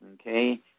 okay